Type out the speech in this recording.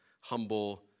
humble